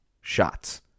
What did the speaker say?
shots